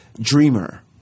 dreamer